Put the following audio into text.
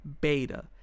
Beta